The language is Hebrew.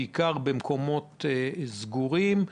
בעיקר במקומות סגורים,